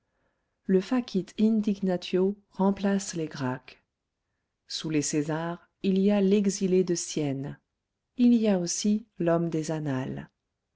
le facit indignatio remplace les gracques sous les césars il y a l'exilé de syène il y a aussi l'homme des annales